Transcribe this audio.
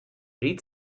read